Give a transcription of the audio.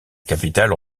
capitale